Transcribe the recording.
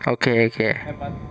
okay okay